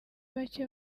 bacye